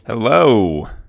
Hello